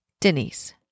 Denise